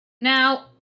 Now